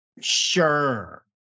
Sure